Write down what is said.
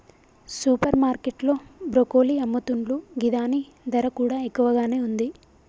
super market లో broccoli అమ్ముతున్లు గిదాని ధర కూడా ఎక్కువగానే ఉంది